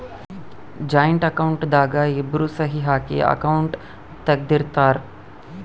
joint account ದಾಗ ಇಬ್ರು ಸಹಿ ಹಾಕಿ ಅಕೌಂಟ್ ತೆಗ್ದಿರ್ತರ್